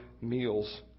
meals